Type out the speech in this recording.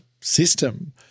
system